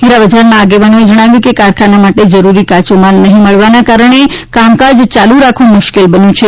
હીરાબજારના આગેવાનોએ જણાવ્યુકે કારખાના માટે જરૂરી કાચો માલ નહિમળવાના કારણે કામકાજ ચાલુ રાખવું મુશ્કેલ બન્યું છે